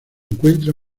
encuentra